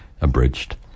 abridged